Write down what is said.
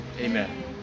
Amen